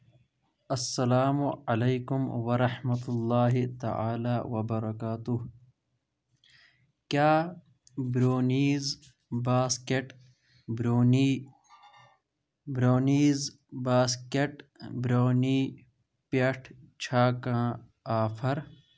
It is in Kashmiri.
اسلام علیکم ورحمۃ اللہ تعالٰی وبرکاتہ کیٛاہ برٛونیٖز باسکٮ۪ٹ برٛو برٛونیٖز باسکٮ۪ٹ برٛونی پٮ۪ٹھ چھےٚ کانٛہہ آفر